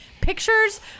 pictures